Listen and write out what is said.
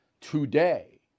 today